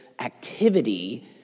activity